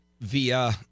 via